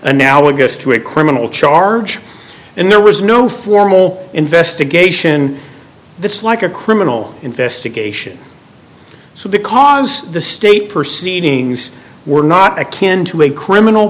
analogous to a criminal charge and there was no formal investigation that's like a criminal investigation so because the state perceiving were not akin to a criminal